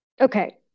Okay